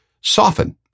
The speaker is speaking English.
soften